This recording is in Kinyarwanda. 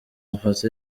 mafoto